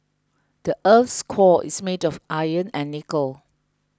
the earth's core is made of iron and nickel